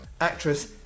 actress